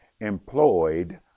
employed